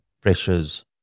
pressures